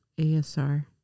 ASR